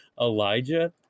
Elijah